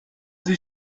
sie